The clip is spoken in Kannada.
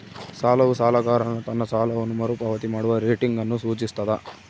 ಸಾಲವು ಸಾಲಗಾರನು ತನ್ನ ಸಾಲವನ್ನು ಮರುಪಾವತಿ ಮಾಡುವ ರೇಟಿಂಗ್ ಅನ್ನು ಸೂಚಿಸ್ತದ